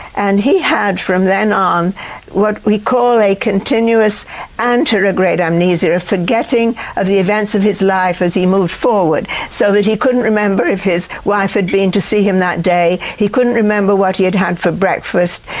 and he had from then on what we call a continuous anterograde amnesia, forgetting of the events of his life as he moved forward. so that he couldn't remember if his wife had been to see him that day, he couldn't remember what he had had for breakfast.